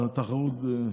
לתחרות.